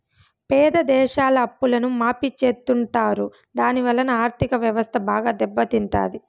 పేద దేశాల అప్పులను మాఫీ చెత్తుంటారు దాని వలన ఆర్ధిక వ్యవస్థ బాగా దెబ్బ తింటాది